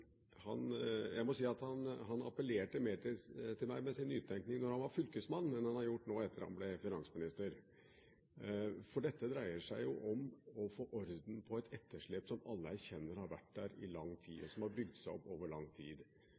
han var fylkesmann enn han har gjort nå etter han ble finansminister, for dette dreier seg om å få orden på et etterslep som alle erkjenner har vært der i lang tid, og som har bygd seg opp over lang tid.